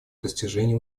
достижения